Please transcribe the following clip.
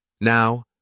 Now